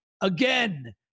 Again